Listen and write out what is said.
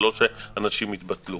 זה לא שאנשים התבטלו,